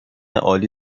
عالی